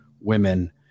women